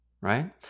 Right